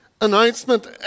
announcement